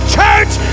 church